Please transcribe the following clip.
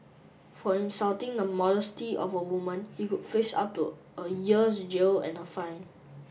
for insulting the modesty of a woman he could face up to a year's jail and a fine